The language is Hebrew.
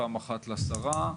ופעם אחת לשרה,